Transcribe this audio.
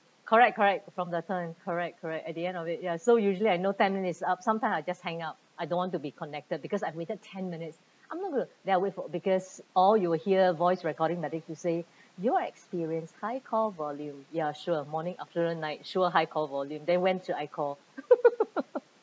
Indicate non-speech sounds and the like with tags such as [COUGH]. correct correct from the time correct correct at the end of it ya so usually I know ten minute's up sometime I just hang up I don't want to be connected because I've waited ten minutes I'm not going to there wait for because all you will hear voice recording that they could say you are experience high call volume ya sure morning afternoon night sure high call volume then when should I call [LAUGHS]